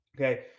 okay